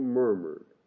murmured